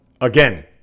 again